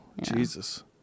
Jesus